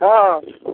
हँ